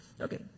Okay